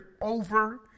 over